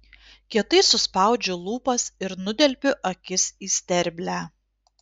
kietai suspaudžiu lūpas ir nudelbiu akis į sterblę